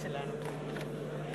חבר